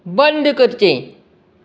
बंद करचें